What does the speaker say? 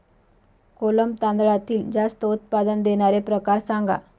कोलम तांदळातील जास्त उत्पादन देणारे प्रकार सांगा